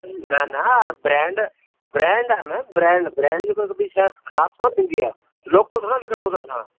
न न brand brand आहे मेम ब्रेंड ब्रेंड जी कुझु बि शइ ख़राब थोरी थींदी आहे लोकल थोरे विकिणूं था असां